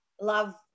love